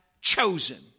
chosen